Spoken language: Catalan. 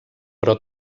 però